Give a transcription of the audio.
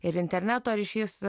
ir interneto ryšys